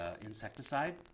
insecticide